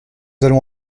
allons